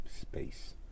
space